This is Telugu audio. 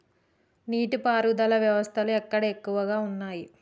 నీటి పారుదల వ్యవస్థలు ఎక్కడ ఎక్కువగా ఉన్నాయి?